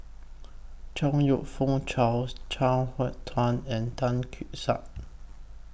Chong YOU Fook Charles Chuang Hui Tsuan and Tan Keong Saik